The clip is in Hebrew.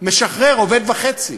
משחרר עובד וחצי,